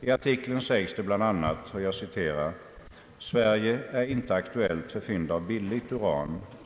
I artikeln sägs bl.a.: »Sverige är inte aktuellt för fynd av billigt uran.